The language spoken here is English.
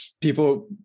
people